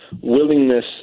willingness